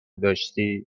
داشتی